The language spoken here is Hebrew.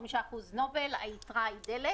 25% נובל והיתרה דלק